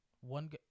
One